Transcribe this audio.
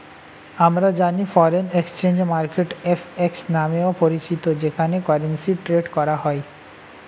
আমরা জানি foreign exchange market FX নামেও পরিচিত যেখানে কারেন্সি ট্রেড করা হয়